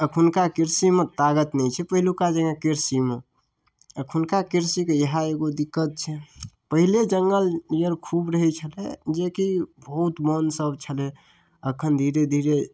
अखुनका कृषिमे तागत नहि छै पहिलुका जे कृषिमे अखुनका कृषिके इएह एगो दिक्कत छै पहिले जङ्गल जहन खूब रहै छलै जेकी बहुत मन सब छलै एखन धीरे धीरे